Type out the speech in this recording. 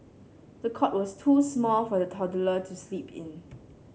the cot was too small for the toddler to sleep in